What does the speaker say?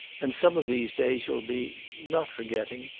and some of these days you'll be not forgetting,